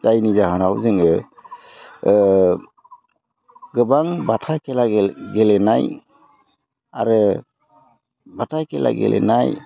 जायनि जाहोनाव जोङो गोबां बाथा खेला गेलेनाय आरो बाथा खेला गेलेनाय